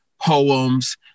poems